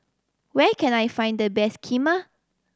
where can I find the best Kheema